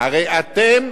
הרי אתם,